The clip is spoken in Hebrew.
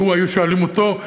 לו היו שואלים אותו,